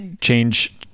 change